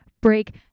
break